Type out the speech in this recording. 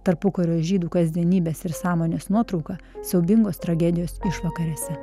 tarpukario žydų kasdienybės ir sąmonės nuotrauka siaubingos tragedijos išvakarėse